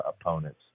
opponents